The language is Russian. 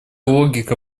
логика